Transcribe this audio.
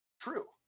true